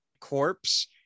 corpse